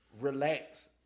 Relax